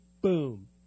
boom